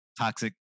toxic